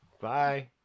bye